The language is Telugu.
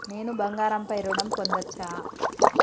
నేను బంగారం పై ఋణం పొందచ్చా?